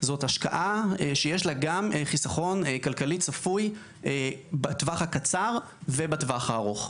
זאת השקעה שיש לה גם חיסכון כלכלי צפוי בטווח הקצר ובטווח הארוך.